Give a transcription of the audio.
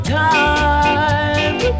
time